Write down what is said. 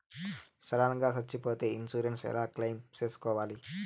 Sudden గా సచ్చిపోతే insurance ఎలా క్లెయిమ్ సేసుకోవాలి?